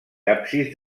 absis